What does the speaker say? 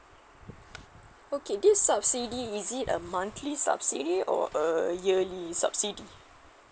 okay this subsidy is it a monthly subsidy or a yearly subsidy